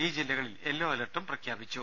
ഈ ജില്ലകളിൽ യെല്ലോ അലർട്ടും പ്രഖ്യാപിച്ചു